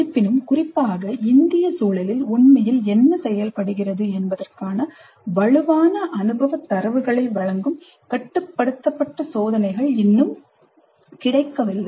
இருப்பினும் குறிப்பாக இந்திய சூழலில் உண்மையில் என்ன செயல்படுகிறது என்பதற்கான வலுவான அனுபவ தரவுகளை வழங்கும் கட்டுப்படுத்தப்பட்ட சோதனைகள் இன்னும் கிடைக்கவில்லை